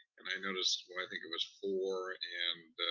and i noticed, well, i think it was four, and